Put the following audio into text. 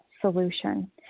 solution